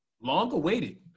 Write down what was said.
long-awaited